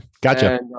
gotcha